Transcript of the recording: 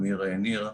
עמיר ניר,